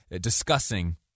discussing